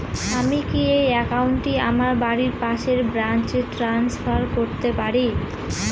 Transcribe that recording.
আমি কি এই একাউন্ট টি আমার বাড়ির পাশের ব্রাঞ্চে ট্রান্সফার করতে পারি?